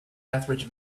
ethridge